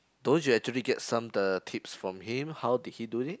don't you actually get some the tips from him how did he do it